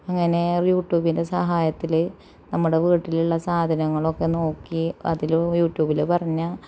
അങ്ങനെ യൂറ്റൂബിന്റെ സഹായത്തില് നമ്മുടെ വീട്ടിലുള്ള സാധനങ്ങളൊക്കെ നോക്കി അതിലും യൂറ്റൂബില് പറഞ്ഞ